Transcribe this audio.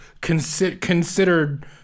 considered